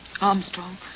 Armstrong